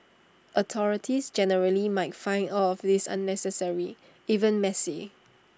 authorities generally might find all of this unnecessary even messy